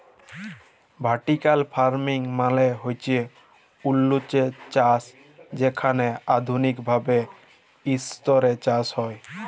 vertical farming মালে হছে উঁচুল্লে চাষ যেখালে আধুলিক ভাবে ইসতরে চাষ হ্যয়